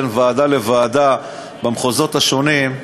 בין ועדה לוועדה במחוזות השונים,